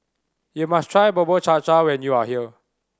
you must try Bubur Cha Cha when you are here